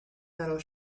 metal